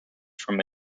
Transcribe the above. from